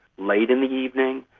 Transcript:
late in the evening,